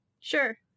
Sure